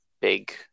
big